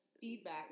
feedback